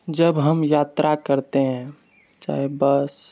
जब हम यात्रा करते है चाहे बस